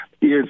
Yes